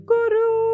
Guru